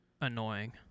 annoying